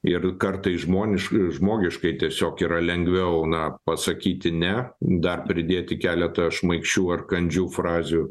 ir kartais žmoniškai žmogiškai tiesiog yra lengviau na pasakyti ne dar pridėti keletą šmaikščių ar kandžių frazių